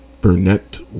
Burnett